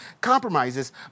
compromises